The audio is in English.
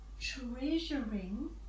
treasuring